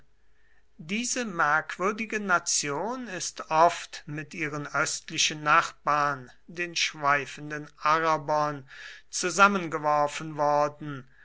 diese merkwürdige nation ist oft mit ihren östlichen nachbarn den schweifenden arabern zusammengeworfen worden